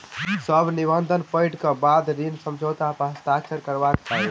सभ निबंधन पढ़ै के बाद ऋण समझौता पर हस्ताक्षर करबाक चाही